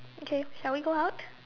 okay shall we go out